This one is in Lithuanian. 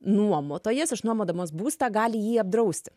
nuomotojas išnuomodamas būstą gali jį apdrausti